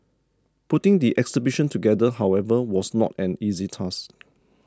putting the exhibition together however was not an easy task